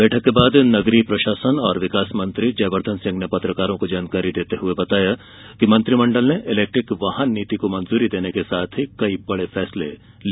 बैठक के बाद नगरीय प्रशासन और विकास मंत्री जयवर्धन सिंह ने पत्रकारों को जनकारी देते हुये बताया कि मंत्रिमंडल ने इलेक्ट्रीक वाहन नीति को मंजूरी देने के साथ ही कई बड़े फैसले लिए